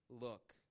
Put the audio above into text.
look